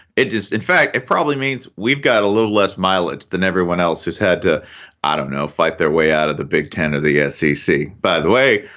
it is in fact, it probably means we've got a little less mileage than everyone else has had out of no fight their way out of the big ten of the scc by the way,